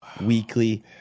weekly